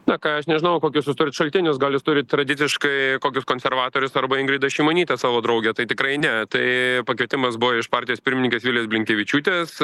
na ką aš nežinau kokius jūs turit šaltinius gal jūs turit tradiciškai kokius konservatorius arba ingridą šimonytę savo draugę tai tikrai ne tai pakvietimas buvo iš partijos pirmininkės vilijos blinkevičiūtės